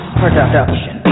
production